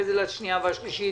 בשנייה והשלישית